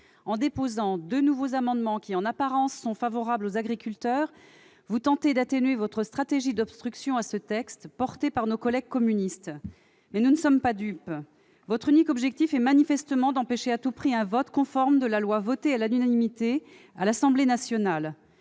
En déposant deux nouveaux amendements, en apparence favorables aux agriculteurs, vous tentez d'atténuer votre stratégie d'obstruction à ce texte présenté par nos collègues communistes. Mais nous ne sommes pas dupes ! Votre unique objectif est d'empêcher à tout prix un vote conforme du texte adopté à l'unanimité à l'Assemblée nationale.